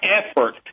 effort